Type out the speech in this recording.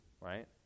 right